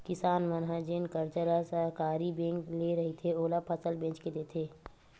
किसान मन ह जेन करजा ल सहकारी बेंक ले रहिथे, ओला फसल बेच के देथे